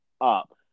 up